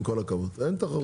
עם כל הכבוד, אין תחרות.